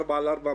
ארבע על ארבע,